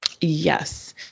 Yes